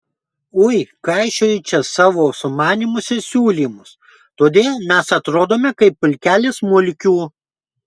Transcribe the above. ui kaišioji čia savo sumanymus ir siūlymus todėl mes atrodome kaip pulkelis mulkių